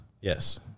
Yes